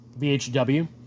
VHW